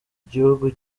gihugu